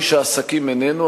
איש העסקים איננו,